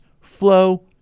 flow